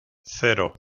cero